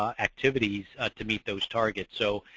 um activities to meet those targets. so,